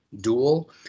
dual